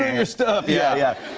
your stuff. yeah. yeah.